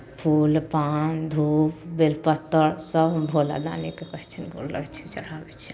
फूल पान धूप बेल पत्तरसभ हम भोला दानीकेँ कहै छियनि गोर लगै छियनि चढ़ाबै छियनि